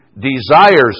desires